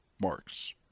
marks